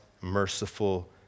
merciful